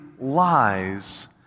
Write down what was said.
lies